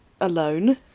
Alone